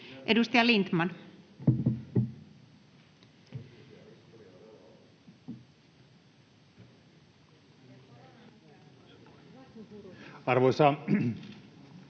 Edustaja Lindén. Arvoisa